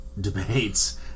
debates